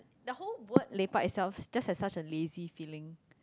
the whole word lepak itself just has such a lazy feeling